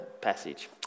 passage